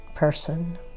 person